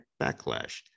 backlash